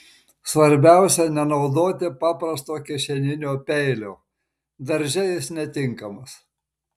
svarbiausia nenaudoti paprasto kišeninio peilio darže jis netinkamas